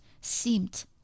seemed